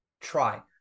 try